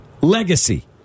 Legacy